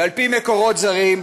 על פי מקורות זרים,